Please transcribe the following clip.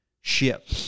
ship